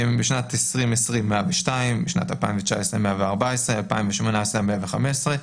בשנת 2020 נפתחו 102; בשנת 2019 114; בשנת 2018 115,